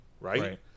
right